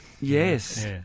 Yes